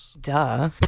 Duh